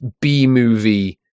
B-movie